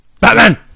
Batman